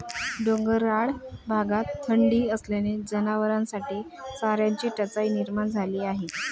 डोंगराळ भागात थंडी असल्याने जनावरांसाठी चाऱ्याची टंचाई निर्माण झाली आहे